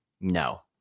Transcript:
No